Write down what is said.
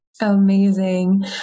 Amazing